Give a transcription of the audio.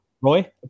Roy